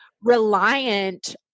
reliant